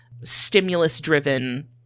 stimulus-driven